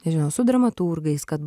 nežinau su dramaturgais kad